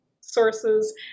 sources